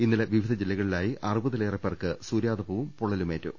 ഇന്നലെ വിവിധ ജില്ലക ളിലായി അറുപതിലേറെ പേർക്ക് സൂര്യാതപവും പൊള്ളലുമേറ്റു